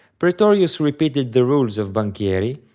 praetorius repeated the rules of banchieri,